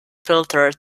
filter